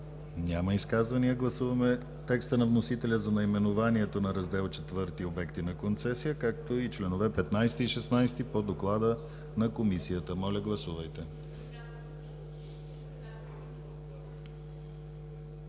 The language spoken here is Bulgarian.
Няма. Гласуваме текста на вносителя за наименованието на Раздел ІV „Обекти на концесия“, както и членове 15 и 16 по доклада на Комисията. Гласували